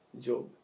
Job